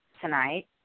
tonight